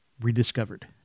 rediscovered